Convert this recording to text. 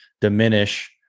diminish